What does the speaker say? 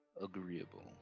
agreeable